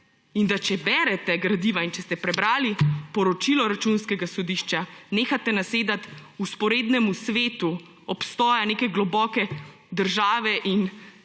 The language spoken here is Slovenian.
in če berete gradiva in če ste prebrali poročilo Računskega sodišča, nehajte nasedati vzporednemu svetu obstoja neke globoke države in